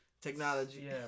technology